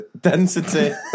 density